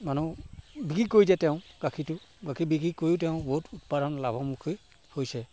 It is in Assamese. মানুহ বিক্ৰী কৰি দিয়ে তেওঁ গাখীৰটো গাখীৰ বিক্ৰী কৰি তেওঁ বহুত উৎপাদন লাভমুখী হৈছে